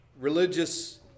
religious